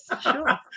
Sure